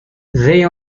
they